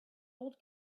old